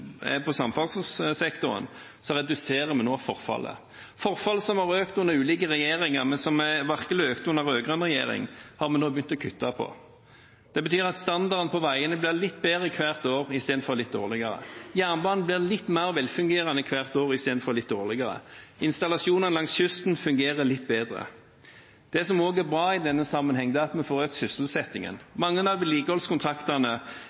i samferdselssektoren reduserer vi nå forfallet. Forfallet som ble økt under ulike regjeringer, men som virkelig økte under den rød-grønne regjeringen, har vi nå begynt å kutte i. Det betyr at standarden på veiene blir litt bedre hvert år, istedenfor litt dårligere. Jernbanen blir litt mer velfungerende hvert år – istedenfor litt dårligere. Installasjonene langs kysten fungerer litt bedre. Det som også er bra i denne sammenheng, er at vi får økt